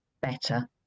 better